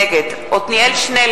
נוכח משה מטלון, נגד אברהם מיכאלי,